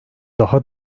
daha